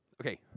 Okay